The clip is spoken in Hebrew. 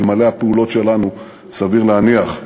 אלמלא הפעולות שלנו סביר להניח,